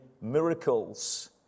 Miracles